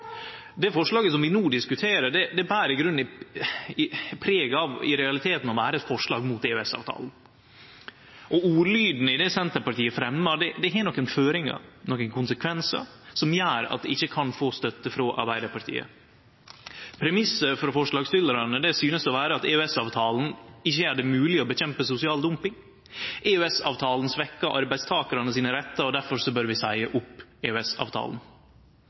Det forslaget som vi no diskuterer, ber i realiteten preg av å vere eit forslag mot EØS-avtala. Ordlyden i det Senterpartiet fremjar, gjev nokre føringar og har nokre konsekvensar som gjer at det ikkje kan få støtte frå Arbeidarpartiet. Premissen frå forslagsstillarane synest å vere at EØS-avtala ikkje gjer det mogleg å kjempe mot sosial dumping, og at EØS-avtala svekkjer arbeidstakarane sine rettar, og derfor bør vi seie opp